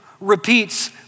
repeats